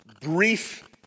brief